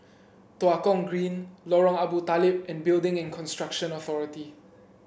Tua Kong Green Lorong Abu Talib and Building and Construction Authority